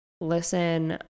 listen